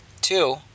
Two